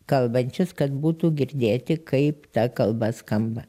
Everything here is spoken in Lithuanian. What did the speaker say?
kalbančius kad būtų girdėti kaip ta kalba skamba